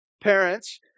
parents